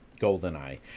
Goldeneye